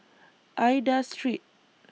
Aida Street